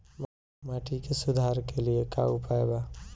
माटी के सुधार के लिए का उपाय बा?